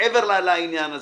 מעבר לעניין הזה,